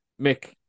Mick